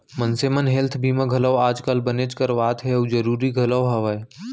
मनसे मन हेल्थ बीमा घलौ आज काल बनेच करवात हें अउ जरूरी घलौ हवय